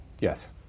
Yes